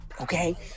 okay